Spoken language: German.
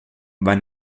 war